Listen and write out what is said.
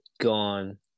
gone